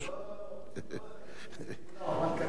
לא לא לא, אבל כנראה שלך יותר, אם השר, אוקיי.